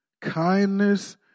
kindness